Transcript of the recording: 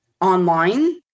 online